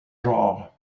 genre